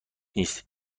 نیست